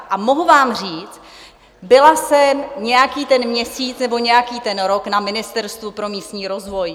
A mohu vám říct, byla jsem nějaký ten měsíc nebo nějaký ten rok na Ministerstvu pro místní rozvoj.